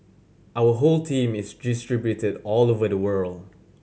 our whole team is distributed all over the world